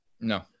No